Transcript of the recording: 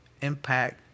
impact